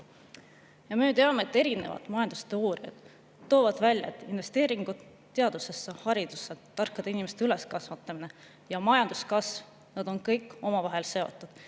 Me ju teame, et erinevad majandusteooriad toovad välja, et investeeringud teadusesse, haridusse, tarkade inimeste üleskasvatamine ja majanduskasv on kõik omavahel seotud.